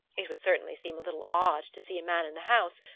it would certainly seem a little odd to see a man in the house,